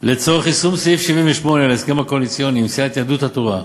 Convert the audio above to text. לצורך יישום סעיף 78 להסכם הקואליציוני עם סיעת יהדות התורה,